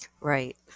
Right